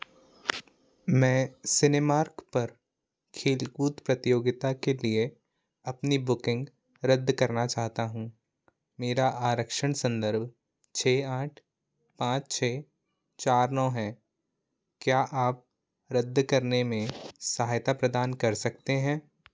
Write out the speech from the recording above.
मैं सिनेमार्क पर खेल कूद प्रतियोगिता के लिए अपनी बुकिंग रद्द करना चाहता हूँ मेरा आरक्षण संदर्भ छः आठ पाँच छः चार नौ है क्या आप रद्द करने में सहायता प्रदान कर सकते हैं